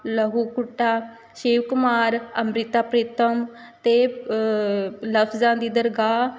ਲਹੂ ਕੁੱਟਾ ਸ਼ਿਵ ਕੁਮਾਰ ਅੰਮ੍ਰਿਤਾ ਪ੍ਰੀਤਮ ਅਤੇ ਲਫਜ਼ਾਂ ਦੀ ਦਰਗਾਹ